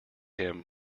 him